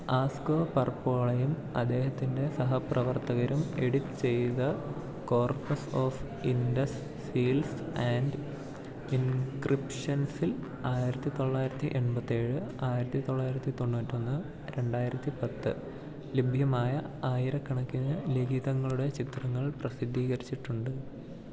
Asko പർപ്പോളയും അദ്ദേഹത്തിന്റെ സഹപ്രവർത്തകരും എഡിറ്റ് ചെയ്ത corpus of Indus seals and ഇങ്ക്രിപ്ഷൻസിൽ ആയിരത്തിത്തൊള്ളായിരത്തി എൺപത്തിയേഴ് ആയിരത്തിത്തൊള്ളായിരത്തിത്തൊണ്ണൂറ്റിയൊന്ന് രണ്ടായിരത്തിപ്പത്തില് ലഭ്യമായ ആയിരക്കണക്കിനു ലിഖിതങ്ങളുടെ ചിത്രങ്ങൾ പ്രസിദ്ധീകരിച്ചിട്ടുണ്ട്